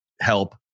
help